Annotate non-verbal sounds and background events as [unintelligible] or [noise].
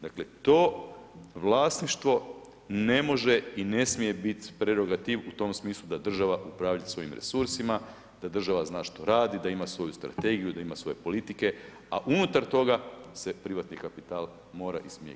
Dakle, to vlasništvo ne može i ne smije bit prerogativ u tom smislu da država upravlja svojim resursima, da država zna što radi, da ima svoju strategiju, da ima svoje politike, a unutar toga se privatni kapital mora … [unintelligible] Hvala.